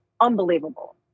unbelievable